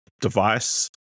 device